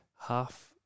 Half